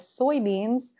soybeans